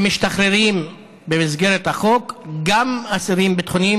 שמשתחררים במסגרת החוק גם אסירים ביטחוניים,